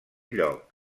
lloc